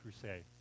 Crusade